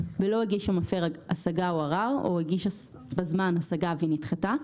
ולא הגיש המפר השגה או ערר או הגיש בזמן השגה והיא נדחתה,